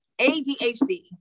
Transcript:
ADHD